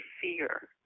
fear